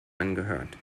angehört